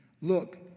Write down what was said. Look